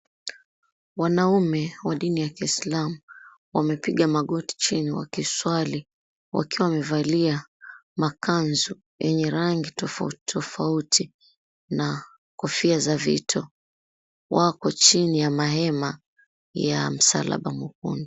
Wanaume wa dini ya kisilamu wamepiga magoti chini wakiswali wakiwa wamevalia makanzu yenye rangi tofauti tofauti na kofia za viito wako chini ya mahema ya msalaba mwekundu.